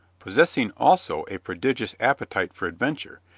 possessing also a prodigious appetite for adventure,